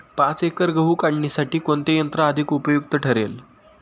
पाच एकर गहू काढणीसाठी कोणते यंत्र अधिक उपयुक्त ठरेल?